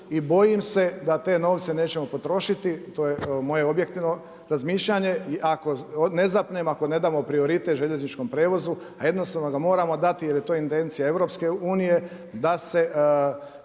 i bojim se da te novce nećemo potrošiti, to je moje objektivno razmišljanje i ako ne zapnemo, ako ne damo prioritet željezničkom prijevozu, a jednostavno ga moramo dati jel je to intencija EU da se